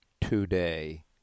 today